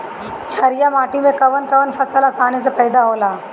छारिया माटी मे कवन कवन फसल आसानी से पैदा होला?